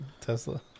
Tesla